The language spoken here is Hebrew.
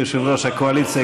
כיושב-ראש הקואליציה,